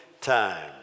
time